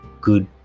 good